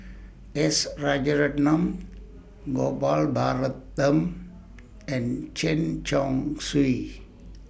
S Rajaratnam Gopal Baratham and Chen Chong Swee